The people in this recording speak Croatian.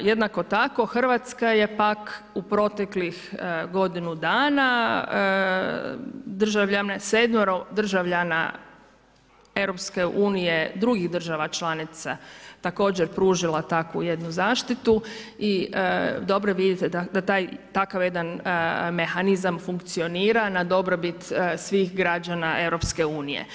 Jednako tako, Hrvatska je pak u proteklih godinu dana sedmero državljana EU drugih država članica također pružila takvu jednu zaštitu i dobro vidite da takav jedan mehanizam funkcionira na dobrobit svih građana EU.